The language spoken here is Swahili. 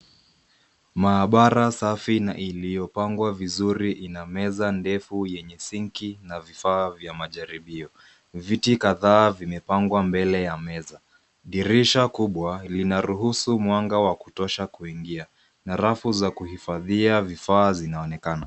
Maabara safi na iliyopangwa vizuri ina meza ndefu yenye sinki na vifaa vya majaribio. Viti kadhaa vimepangwa mbele ya meza. Dirisha kubwa linaruhusu mwanga wa kutosha kuingia na rafu za kuhifadhia vifaa zinaonekana.